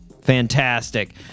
Fantastic